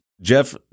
Jeff